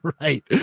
Right